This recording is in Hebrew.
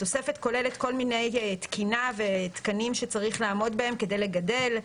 התוספת כוללת כל מיני תקינה ותקנים שצריך לעמוד בהם כדי לגדל.